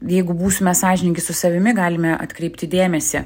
jeigu būsime sąžiningi su savimi galime atkreipti dėmesį